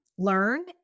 learn